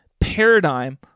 paradigm